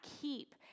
keep